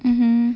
mmhmm